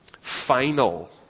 final